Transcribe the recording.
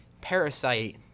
parasite